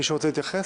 מישהו רוצה להתייחס?